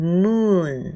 moon